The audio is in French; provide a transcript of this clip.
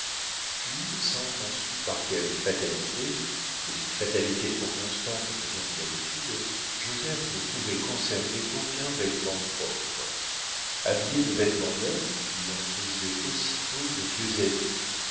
puis sans qu'on sût par quelle fatalité mais une fatalité trop constante devient une habitude joseph ne pouvait conserver aucun vêtement propre habillé de vêtements neufs il en faisait aussitôt de vieux habits